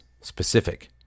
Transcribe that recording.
specific